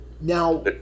Now